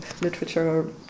literature